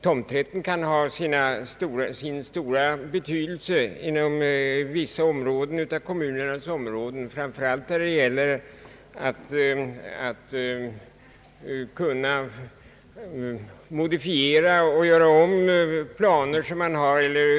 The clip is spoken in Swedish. Tomträtten kan ha sin stora betydelse för vissa av kommunernas områden, framför allt där man vill ha möjlighet att ändra, modifiera och göra om stadsplaner.